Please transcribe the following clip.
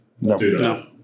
No